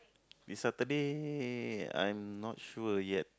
this Saturday I'm not sure yet